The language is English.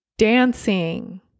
dancing